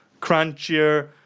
crunchier